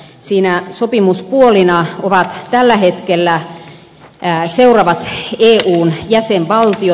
siinä sopimuspuolina ovat tällä hetkellä seuraavat eun jäsenvaltiot